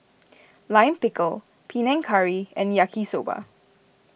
Lime Pickle Panang Curry and Yaki Soba